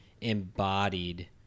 embodied